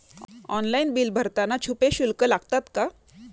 Online bill भरताना छुपे शुल्क लागतात का?